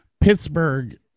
Pittsburgh